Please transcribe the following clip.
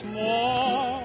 more